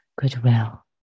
goodwill